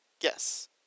Yes